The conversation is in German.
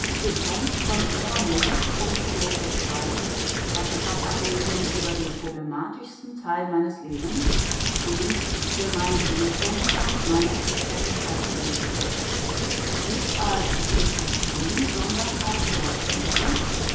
von innerer not und not der zeit rechenschaft ablegen über den problematischesten teil meines lebens den der mein judentum und meine existenz als jude betrifft nicht als jude schlechthin sondern als deutscher jude